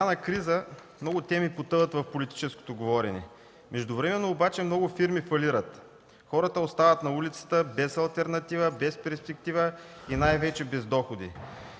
на криза много теми потъват в политическото говорене. Междувременно обаче много фирми фалират, хората остават на улицата без алтернатива, без перспектива и най-вече без доходи.